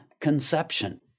conception